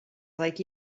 like